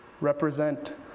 represent